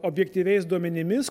objektyviais duomenimis